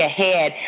Ahead